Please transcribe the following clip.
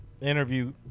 interview